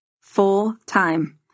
full-time